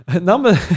Number